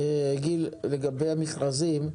גיל, לגבי המכרזים,